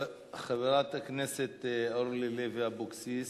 חברת הכנסת אורלי לוי אבקסיס,